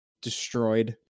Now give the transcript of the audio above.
destroyed